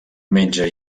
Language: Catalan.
menja